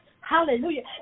Hallelujah